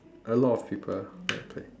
a lot of people like to play